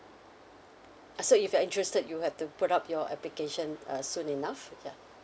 so if you're interested you have to put up your application uh soon enough ya